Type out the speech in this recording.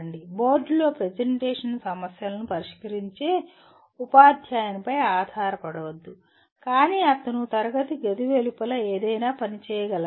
బోర్డులో ప్రెజెంటేషన్ సమస్యలను పరిష్కరించే ఉపాధ్యాయునిపై ఆధారపడవద్దు కాని అతను తరగతి గది వెలుపల ఏదైనా పని చేయగలగాలి